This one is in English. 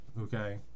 okay